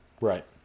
right